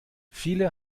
viele